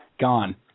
Gone